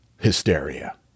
hysteria